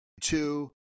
Two